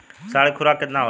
साँढ़ के खुराक केतना होला?